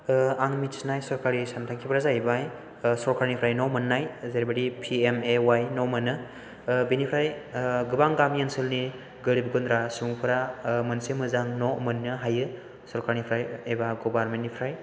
आं मिथिनाय सरकारि सानथांखिफोरा जाहैबाय सरकारनिफ्राय न' मोननाय जेरैबायदि पि एम ए वाइ न' मोनो बेनिफ्राय गोबां गामि ओनसोलनि गोरिब गुन्द्रा सुबुंफोरा मोनसे मोजां न' मोननो हायो सरकारनिफ्राय एबा गभर्नमेन्ट निफ्राय